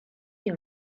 you